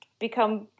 become